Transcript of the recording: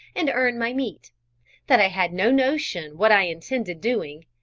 and earn my meat that i had no notion what i intended doing,